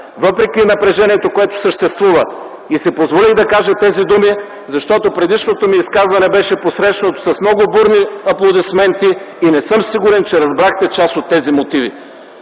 въпреки съществуващото напрежение, си позволих да кажа тези думи, защото предишното ми изказване беше посрещнато с много бурни аплодисменти. И не съм сигурен, че разбрахте част от тези мотиви.